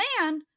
man